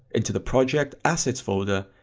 into the project assets folder,